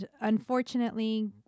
unfortunately